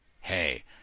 hey